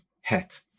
hat